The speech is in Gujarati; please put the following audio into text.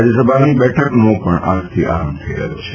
રાજ્ય સભાની બેઠકનો આજથી આરંભ થઈ રહ્યો છે